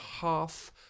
half